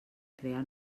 crear